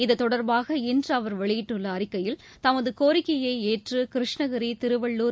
இதுதொடர்பாக இன்று அவர் வெளியிட்டுள்ள அறிக்கையில் தமது கோரிக்கையை ஏற்று கிருஷ்ணகிரி திருவள்ளுர்